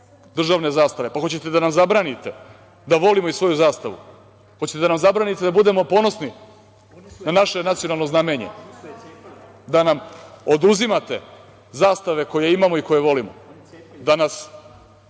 državne zastave. Hoćete da nam zabranite da volimo i svoju zastavu? Hoćete da nam zabranite da budemo ponosni na naše nacionalno znamenje, da nam oduzimate zastave koje imamo i koje volimo?(Marko